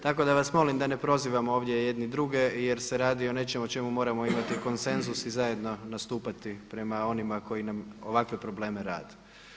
Tako da vas molim da ne prozivom ovdje jedni druge jer se radi o nečemu o čemu moramo imati konsenzus i zajedno nastupati prema onima koji nam ovakve probleme rade.